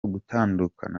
gutandukana